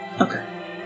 Okay